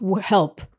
help